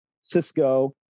Cisco